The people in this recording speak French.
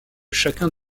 chacun